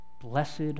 Blessed